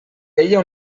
veia